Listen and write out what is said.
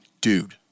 dude